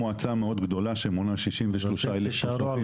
זו מועצה מאוד גדולה שמונה 63,000 תושבים.